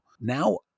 Now